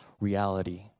reality